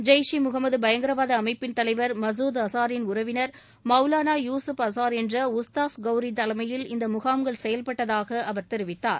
ஜெய்ஷ் ஈ முகமத்பயங்கரவாத அமைப்பின் தலைவர் மசூத் அசாரின் உறவினர் மௌலானா யூகுப் அசார் என்ற உஸ்தாத் கௌரி தலைமையில் இந்த முகாம்கள் செயல்பட்டதாக அவர் தெரிவித்தார்